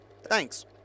Thanks